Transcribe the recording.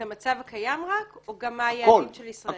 את המצב הקיים רק או גם מה היעדים של ישראל?